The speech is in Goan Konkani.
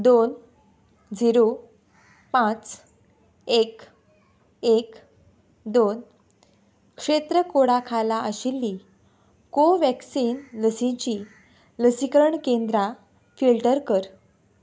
दोन झिरो पांच एक एक दोन क्षेत्र कोडा खाला आशिल्ली कोव्हॅक्सीन लसीची लसीकरण केंद्रां फिल्टर कर